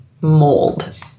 mold